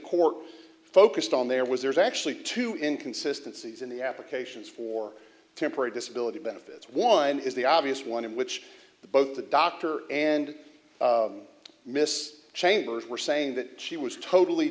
court focused on there was there's actually two inconsistency in the applications for temporary disability benefits one is the obvious one in which both the doctor and miss chambers were saying that she was totally